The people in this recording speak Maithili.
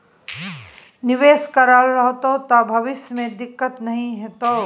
निवेश करल रहतौ त भविष्य मे दिक्कत नहि हेतौ